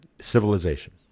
civilization